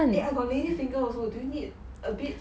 eh I got lady finger also do you need a bit